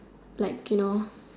like you know